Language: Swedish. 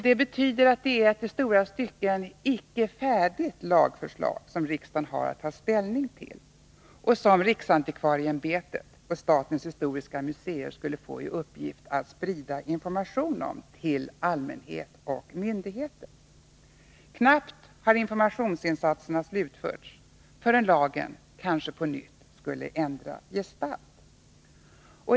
Detta betyder att det är ett i långa stycken icke färdigt lagförslag som riksdagen har att ta ställning till och som riksantikvarieämbetet och statens historiska museer skulle få i uppgift att sprida information om till allmänhet och myndigheter. Knappt hade informationsinsatserna slutförts förrän lagen kanske på nytt skulle ändra gestalt.